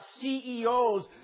CEOs